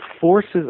forces